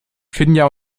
finja